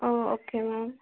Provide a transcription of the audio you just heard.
O okay ma'am